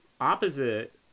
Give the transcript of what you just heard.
opposite